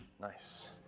nice